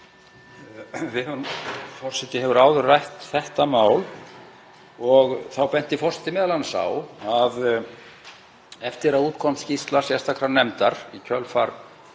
hefur áður rætt þetta mál og þá benti forseti m.a. á að eftir að út kom skýrsla sérstakrar nefndar í kjölfar